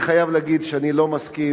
אי-אפשר להגיד את זה אחרת.